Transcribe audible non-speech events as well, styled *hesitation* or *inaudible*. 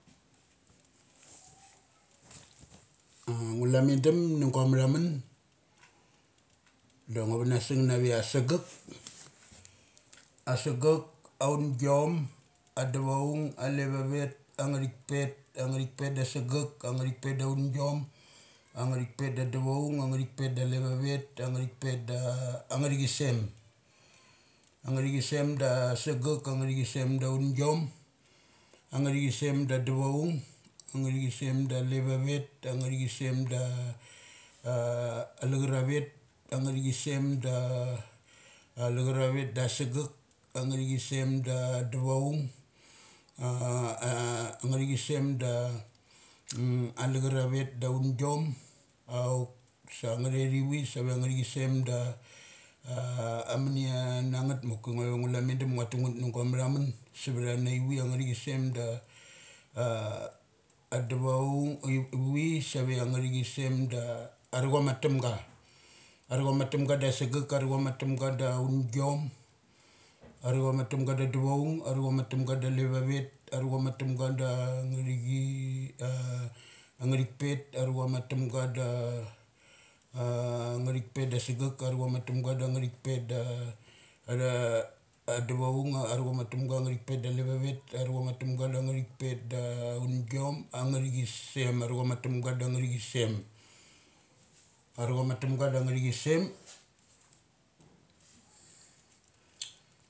*noise* a ngu lamendam na guamathamun da ngu vanasung na veia sagek. *noise* Asagek, aungiom adavoung, alavavet, ang nga thik pet, angnga thik pet da asagek, angngathik pet da aungiom, angnga thik pet da aduchoung, angngathik pet da alavavet, angngathik pet da angngathi chisem. Angnga thichi sem da asagek, angnga thi chi sem da aundgiom, angnga thi chi sem da aduchoung, angngathichi sem da alavavet, angngathichi sem da alavavet, ang nga thi chi sem da a alacharavet da sagek. Angngathichisem da aducho ung a *hesitation* angngathichisem da *noise* *unintelligible* ala charavet da aungiom. Auk sa nga thethivit save nga thichi sem da *hesitation* am munia na ngeth maki ngua lave dum doki ngua tu ngeth na guamathamun sivthanaivi ia nga thi chi sem da *hesitation* adu choung, ivi save ia ang nga thi chi sem da aru chama atamga. Arucha ma atamga ma asagek, arucha ma atamga ma aungiom. Arucha ma atamga da adu choung, arucha ma atamga da alavavet, arucha ma atamga da ngathichi a angngathik pet, arucha ma atamgada a *hesitation* angnga thipet asagek. Aru cha ma atamga da ang nga thik pet da atha aduvaung arucha ma angnga thik pet da alavavet, sa aru cha ma atamgada ngathik pet da aungiom, angngathichisem. Arucha ma atamga da ang nga thi sem. Arucha ma atamga da angngathichisem.